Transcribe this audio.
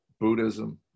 buddhism